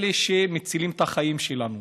אלה שמצילים את החיים שלנו